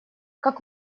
как